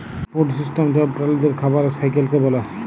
food system ছব প্রালিদের খাবারের সাইকেলকে ব্যলে